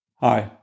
Hi